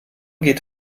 geht